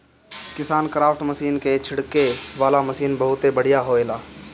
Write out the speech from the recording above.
KisanKraft machine के छिड़के वाला मशीन बहुत बढ़िया होएला